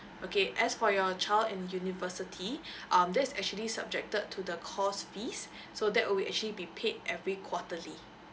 okay as for your child in university um that's actually subjected to the course fees so that would actually be paid every quarterly